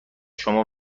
شما